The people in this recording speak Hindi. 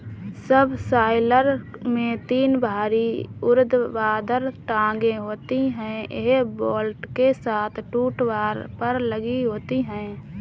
सबसॉइलर में तीन भारी ऊर्ध्वाधर टांगें होती हैं, यह बोल्ट के साथ टूलबार पर लगी होती हैं